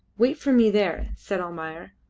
wait for me there, said almayer,